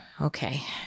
okay